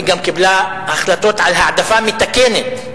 היא גם קיבלה החלטות על העדפה מתקנת,